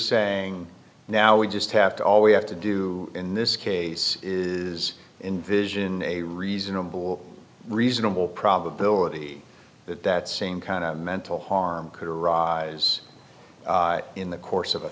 saying now we just have to all we have to do in this case is in vision a reasonable reasonable probability that that same kind of mental harm karrar as in the course of a